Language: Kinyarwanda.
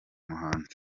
muhanzi